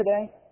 today